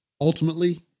Ultimately